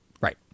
Right